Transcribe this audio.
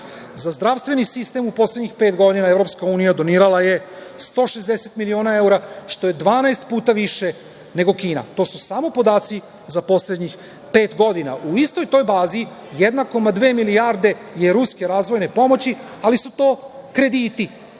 Za zdravstveni sistem u poslednjih pet godina Evropska unija je donirala 160 miliona evra, što je 12 puta više nego Kina. To su samo podaci za poslednjih pet godina. U istoj toj bazi 1,2 milijarde je ruske razvojne pomoći, ali su to krediti,